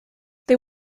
they